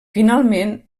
finalment